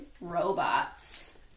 robots